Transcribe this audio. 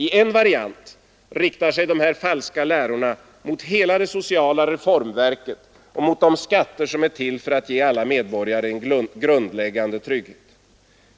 I en variant riktar sig dessa falska läror mot hela det sociala reformverket och mot de skatter som är till för att ge alla medborgare en grundläggande trygghet.